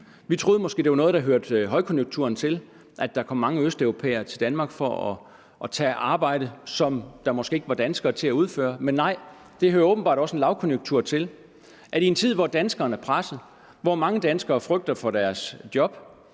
Vi troede måske, det var noget, der hørte højkonjunkturen til, at der kom mange østeuropæere til Danmark for at tage arbejde, som der måske ikke var danskere til at udføre, men nej, det hører åbenbart også en lavkonjunktur til. I en tid, hvor danskerne er pressede, hvor mange danskere frygter for deres job,